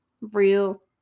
Real